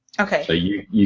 Okay